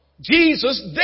Jesus